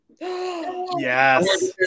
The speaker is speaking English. Yes